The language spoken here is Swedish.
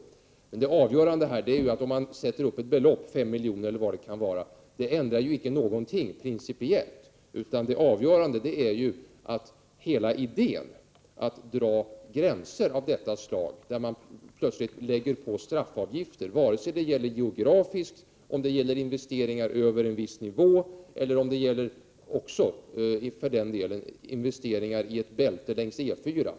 Även om man fastställer ett visst tak här — 5 milj.kr. eller vad det nu kan vara — ändrar man i princip ingenting. Det avgörande är ju hela idén med att dra gränser av detta slag som plötsligt medför straffavgifter. Det spelar ingen större roll om det gäller geografiska gränser, investeringar över en viss nivå eller investeringar inom ett bälte längs E 4-an.